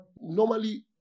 normally